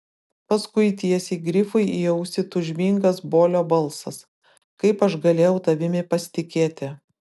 paskui tiesiai grifui į ausį tūžmingas bolio balsas kaip aš galėjau tavimi pasitikėti